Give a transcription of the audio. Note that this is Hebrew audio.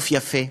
נוף יפה,